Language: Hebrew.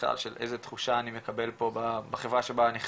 של איזו תחושה אני מקבל פה בחרה שבה אני חי,